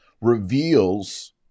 reveals